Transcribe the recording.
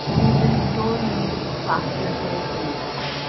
he was in sore need of a plaster for his wounds.